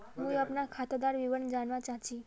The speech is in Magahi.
मुई अपना खातादार विवरण जानवा चाहची?